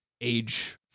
Age